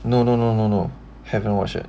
no no no no no haven't watch it